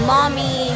Mommy